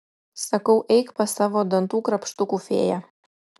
sakau eik pas savo dantų krapštukų fėją